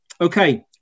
Okay